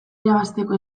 irabazteko